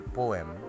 poem